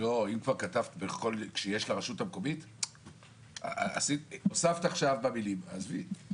אם יש לרשות המקומית את המידע, שתודיע.